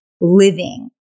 living